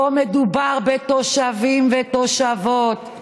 פה מדובר בתושבים ותושבות.